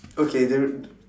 okay then